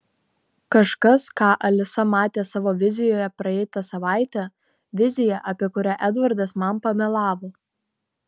kažkas ką alisa matė savo vizijoje praeitą savaitę viziją apie kurią edvardas man pamelavo